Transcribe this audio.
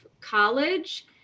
college